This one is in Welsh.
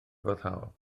foddhaol